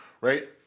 right